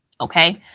Okay